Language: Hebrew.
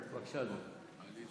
בבקשה, אדוני.